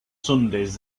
sundays